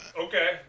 Okay